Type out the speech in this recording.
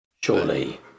Surely